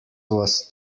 was